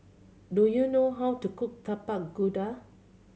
do you know how to cook Tapak Kuda